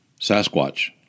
Sasquatch